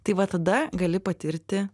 tai va tada gali patirti